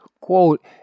Quote